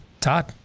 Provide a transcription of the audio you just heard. Todd